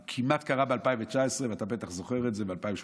הוא כמעט קרה ב-2019, ואתה בטח זוכר את זה ב-2018.